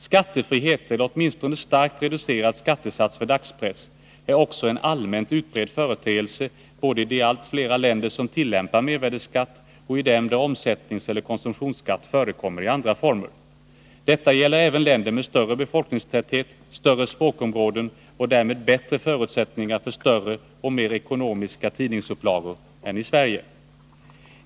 Skattefrihet, eller åtminstone starkt reducerad skattesats, för dagspress är också en allmänt utbredd företeelse, både i de allt flera länder som tillämpar mervärdeskatt och i dem där omsättningseller konsumtionsskatt förekommer i andra former. Detta gäller även länder med större befolkningstäthet, större språkområden och därmed bättre förutsättningar för större och mer ekonomiska tidningsupplagor än Sverige.